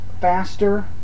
Faster